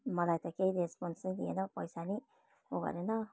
मलाई त केही रेस्पोन्स नै दिएन पैसा नि उ गरेन